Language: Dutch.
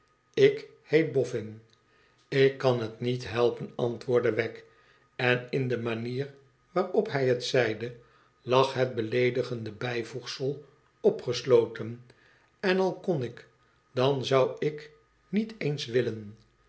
ilk heet boffin ik kan t met helpen antwoordde wegg en in de manier waarop hij het zeide lag het beleedigende bijvoegsel opgesloten en al kon ik dan zou ik met eens willen